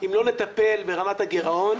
אם לא נטפל ברמת הגרעון,